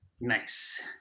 Nice